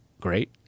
great